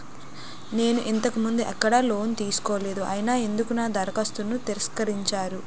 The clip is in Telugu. నేను ఇంతకు ముందు ఎక్కడ లోన్ తీసుకోలేదు అయినా ఎందుకు నా దరఖాస్తును తిరస్కరించారు?